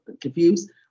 confused